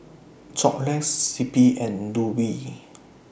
Xorex C P and Rubi